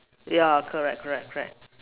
yeah correct correct correct